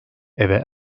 eve